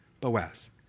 Boaz